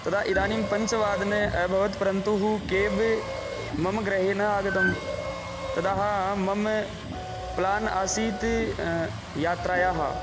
तदा इदानीं पञ्चवादने अभवत् परन्तुः केब् मम गेहे नागतं तदा मम प्लान् आसीत् यात्रायाः